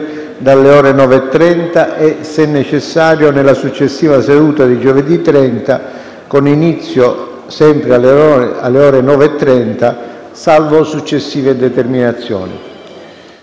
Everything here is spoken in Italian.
dalle ore 9,30 e - se necessario - nella successiva seduta di giovedì 30 novembre, con inizio sempre alle ore 9,30, salvo successive determinazioni.